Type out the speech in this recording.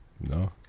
No